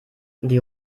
die